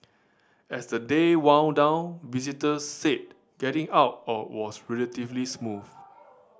as the day wound down visitors said getting out or was relatively smooth